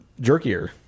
jerkier